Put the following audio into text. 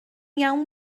iawn